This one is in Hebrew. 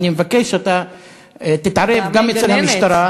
ואני מבקש שאתה תתערב גם אצל המשטרה,